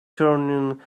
turning